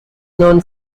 known